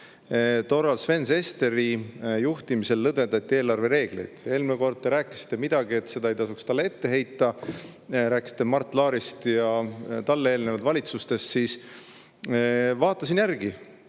Tollal Sven Sesteri juhtimisel lõdvendati eelarvereegleid. Eelmine kord te rääkisite, et seda ei tasuks talle ette heita. Rääkisite Mart Laarist ja talle eelnenud valitsustest. Vaatasin järgi.